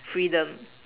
freedom